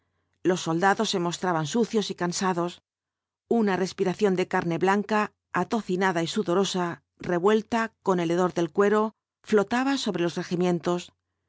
los soldados se mostraban sucios y cansados una respiración de carne blanca atocinada y sudorosa revuelta con el hodor del cuero flotaba sobre los regimientos